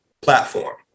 platform